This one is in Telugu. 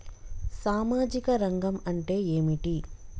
సామాజిక రంగం అంటే ఏమిటి?